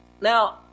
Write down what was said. Now